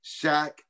Shaq